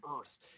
earth